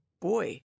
boy